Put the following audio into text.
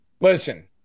listen